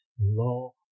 law